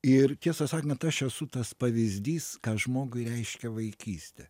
ir tiesą sakant aš esu tas pavyzdys ką žmogui reiškia vaikystė